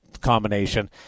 combination